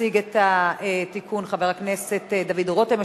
יציג את התיקון חבר הכנסת דוד רותם,